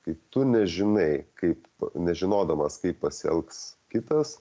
kai tu nežinai kaip nežinodamas kaip pasielgs kitas